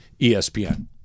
ESPN